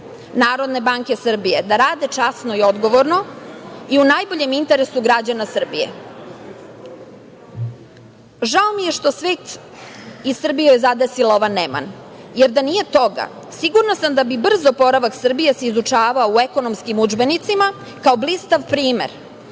guvernerku NBS da rade časno i odgovorno i u najboljem interesu građana Srbije. Žao mi je što je svet i Srbiju zadesila ova neman, jer da nije toga sigurna sam da bi se brz oporavak Srbije izučavao u ekonomskim udžbenicima, kao blistav primer